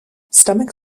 stomach